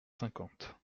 cinquante